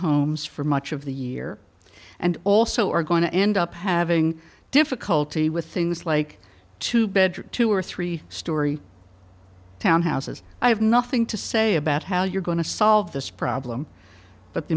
homes for much of the year and also are going to end up having difficulty with things like two bedroom two or three storey townhouses i have nothing to say about how you're going to solve this problem but the